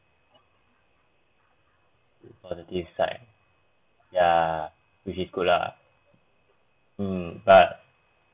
positive side ya which is good lah mm but